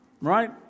right